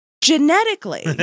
Genetically